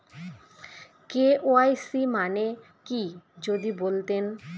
KYC মানে কি যদি বলতেন?